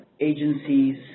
agencies